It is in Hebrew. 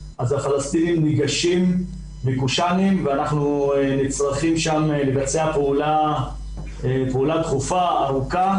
אז הפלסטינים ניגשים לקושאנים ואנחנו צריכים שם לבצע פעולה דחופה וארוכה